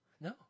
No